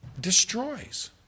destroys